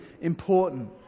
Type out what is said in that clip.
important